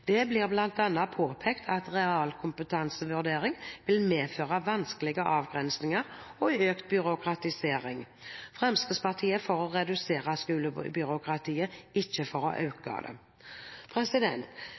Det blir bl.a. påpekt at realkompetansevurdering vil medføre vanskelige avgrensninger og økt byråkratisering. Fremskrittspartiet er for å redusere skolebyråkratiet, ikke for å